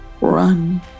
Run